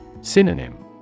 Synonym